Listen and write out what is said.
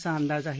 असा अंदाज आहे